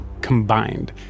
combined